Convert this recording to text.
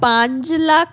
ਪੰਜ ਲੱਖ